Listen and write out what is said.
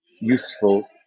useful